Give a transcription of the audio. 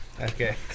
Okay